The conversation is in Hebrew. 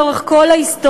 לאורך כל ההיסטוריה,